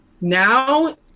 now